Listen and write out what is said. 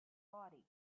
body